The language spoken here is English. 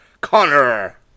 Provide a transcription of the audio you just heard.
Connor